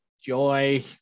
Joy